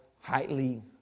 highly